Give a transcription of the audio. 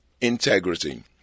integrity